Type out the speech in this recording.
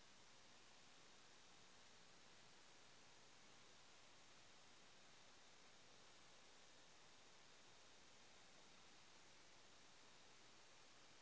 हम अगर एक महीना पहले पैसा जमा कर देलिये ते हम दोसर महीना बिल ला सके है की?